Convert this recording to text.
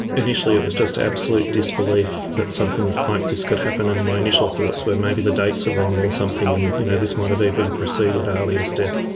initially it was just absolute disbelief that something like this could happen, and my initial thoughts were maybe the dates are wrong or something and you know this might have even preceded ahlia's death.